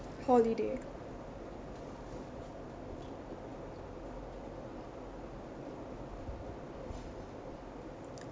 holiday